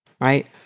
right